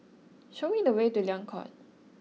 show me the way to Liang Court